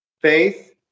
Faith